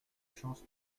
chance